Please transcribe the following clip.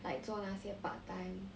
like 做那些 part time